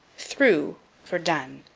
through for done.